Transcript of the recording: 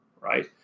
right